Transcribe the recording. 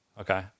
Okay